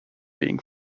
being